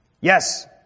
Yes